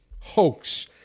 hoax